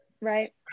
Right